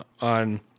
on